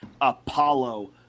Apollo